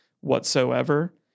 whatsoever